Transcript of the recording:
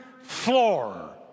floor